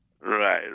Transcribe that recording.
Right